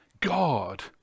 God